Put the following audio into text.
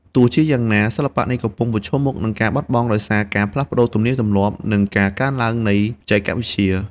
ទោះជាយ៉ាងណា សិល្បៈនេះកំពុងប្រឈមមុខនឹងការបាត់បង់ដោយសារការផ្លាស់ប្តូរទំនៀមទម្លាប់ និងការកើនឡើងនៃបច្ចេកវិទ្យា។